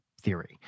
theory